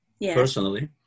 personally